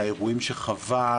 לאירועים שחווה,